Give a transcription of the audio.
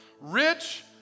rich